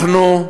אנחנו,